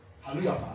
Hallelujah